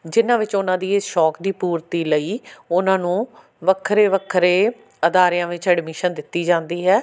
ਜਿਨ੍ਹਾਂ ਵਿੱਚ ਉਹਨਾਂ ਦੀ ਇਹ ਸ਼ੌਕ ਦੀ ਪੂਰਤੀ ਲਈ ਉਹਨਾਂ ਨੂੰ ਵੱਖਰੇ ਵੱਖਰੇ ਅਦਾਰਿਆਂ ਵਿੱਚ ਐਡਮਿਸ਼ਨ ਦਿੱਤੀ ਜਾਂਦੀ ਹੈ